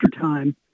time